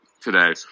today